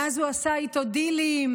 מאז הוא עשה איתו דילים,